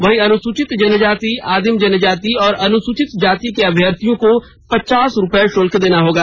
वहीं अनुसूचित जनजाति आदिम जनजाति और अनुसूचित जाति के अभ्यर्थियों को पचास रूपये शल्क देना होगा